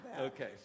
okay